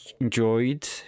enjoyed